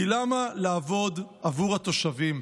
כי למה לעבוד עבור התושבים?